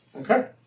Okay